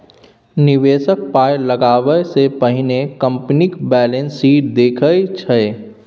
निबेशक पाइ लगाबै सँ पहिने कंपनीक बैलेंस शीट देखै छै